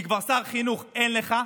כי שר חינוך כבר אין לך.